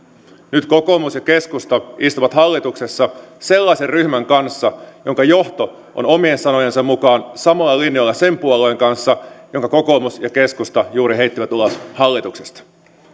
nyt kokoomus ja keskusta istuvat hallituksessa sellaisen ryhmän kanssa jonka johto on omien sanojensa mukaan samoilla linjoilla sen puolueen kanssa jonka kokoomus ja keskusta juuri heittivät ulos hallituksesta